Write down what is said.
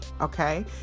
okay